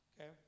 okay